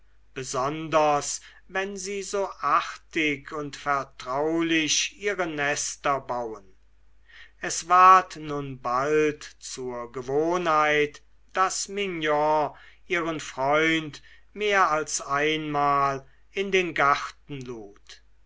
besonders wenn sie so artig und vertraulich ihre nester bauen es ward nun bald zur gewohnheit daß mignon ihren freund mehr als einmal in den garten lud